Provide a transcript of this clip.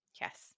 Yes